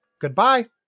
Goodbye